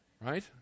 Right